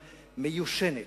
המיושנת,